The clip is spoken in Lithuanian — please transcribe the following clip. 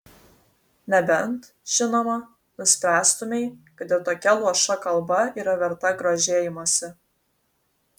nebent žinoma nuspręstumei kad ir tokia luoša kalba yra verta grožėjimosi